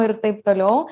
ir taip toliau